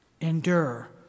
Endure